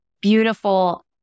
Beautiful